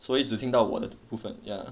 所以只听到我的部分 ya